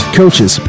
coaches